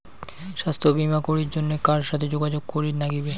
স্বাস্থ্য বিমা করির জন্যে কার সাথে যোগাযোগ করির নাগিবে?